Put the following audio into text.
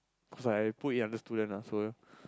cause I put it under student lah